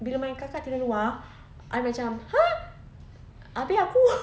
bila my kakak tidur luar I macam !huh! abeh aku